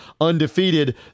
undefeated